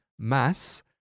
mass